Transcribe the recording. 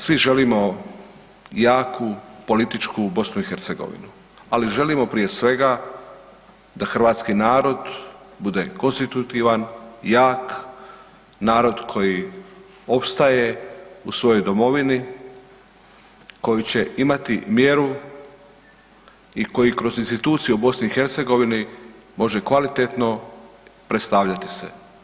Svi želimo jaku, političku BiH, ali želimo prije svega da hrvatski narod bude konstitutivan, jak narod koji opstaje u svojoj domovini koji će imati mjeru i koji kroz institucije u BiH može kvalitetno predstavljati se.